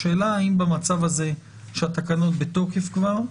השאלה האם במצב הזה, שהתקנות בתוקף כבר,